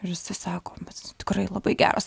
ir jisai sako bet tikrai labai geras